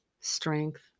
strength